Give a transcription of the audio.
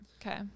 okay